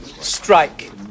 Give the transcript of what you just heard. Strike